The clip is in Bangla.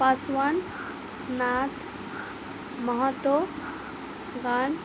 পাশওয়ান নাথ মাহাতো গান